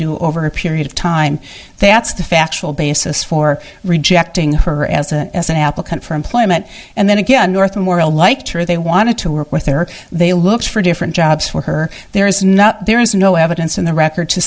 do over a period of time that's the factual basis for rejecting her as an as an applicant for employment and then again northmore a liked her they want to work with her they look for different jobs for her there is not there is no evidence in the record to